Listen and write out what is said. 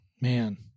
Man